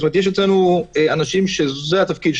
יש אצלנו אנשים שזה התפקיד,